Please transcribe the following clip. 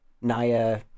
Naya